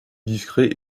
discret